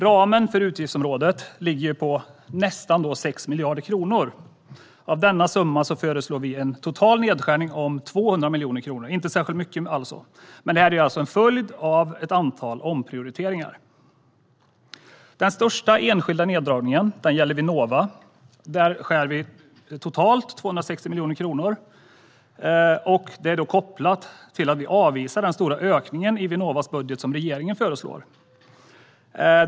Ramen för utgiftsområdet ligger på nästan 6 miljarder kronor. Av denna summa föreslår vi en total nedskärning om 200 miljoner kronor. Det är alltså inte särskilt mycket. Men detta är en följd av ett antal omprioriteringar. Den största enskilda neddragningen gäller Vinnova. Där vill vi skära ned anslagen med totalt 260 miljoner kronor. Det är kopplat till att vi avvisar den stora ökning av Vinnovas budget som regeringen föreslår.